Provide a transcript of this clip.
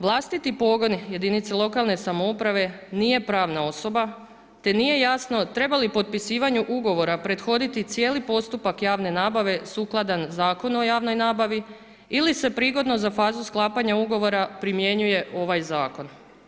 Vlastiti pogon jedinice lokalne samouprave nije pravna osoba te nije jasno trebali potpisivanju ugovora prethoditi cijeli postupak javne nabave sukladan Zakonu o javnoj nabavi ili se prigodom za fazu sklapanja ugovora primjenjuje ovaj zakon.